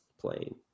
playing